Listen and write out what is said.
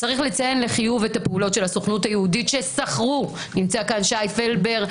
צריך לציין לחיוב את הפעולות של הסוכנות היהודית נמצא כאן שי פלבר,